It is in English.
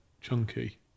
chunky